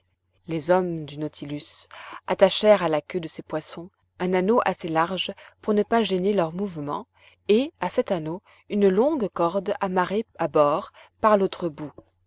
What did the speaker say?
les hommes du naulilus attachèrent à la queue de ces poissons un anneau assez large pour ne pas gêner leurs mouvements et à cet anneau une longue corde amarrée à bord par l'autre bout